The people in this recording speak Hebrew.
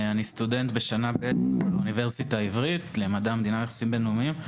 אני סטודנט בשנה ב' באוניברסיטה העברית למדע המדינה ויחסים בין-לאומיים.